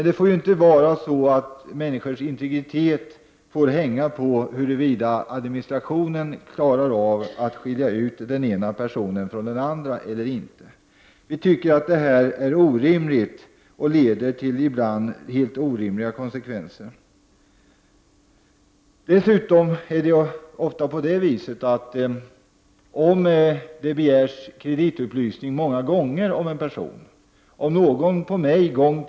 Det får inte vara så att människans integritet får hänga på huruvida administrationen klarar av att skilja ut den ena personen från den andra. Vi tycker att det är orimligt och ibland får helt orimliga konsekvenser. Ofta begärs dessutom kreditupplysning om en person många gånger.